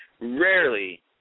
rarely